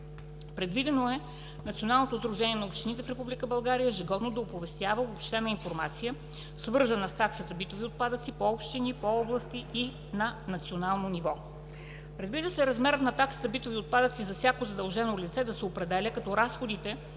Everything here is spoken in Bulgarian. Предвидено е Националното сдружение на общините в Република България ежегодно да оповестява обобщена информация, свързана с таксата битови отпадъци, по общини, по области и на национално ниво. Предвижда се размерът на такса битови отпадъци за всяко задължено лице да се определя, като разходите